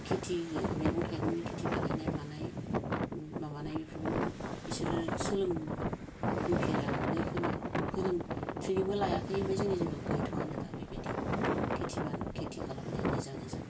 खिथि मैगं थाइगंनि खिथि बानायनाय मानाय माबानाय बेफोरखौ बिसोरो सोलों बोफेराखै खोमा फोरों ट्रेनिंबो लायाखै ओमफ्राय जोंनि जायगायाव गैथ'आनो दा बिबायदि खिथि खिथि खालामनाय निजा निजा